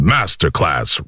Masterclass